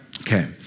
Okay